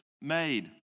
made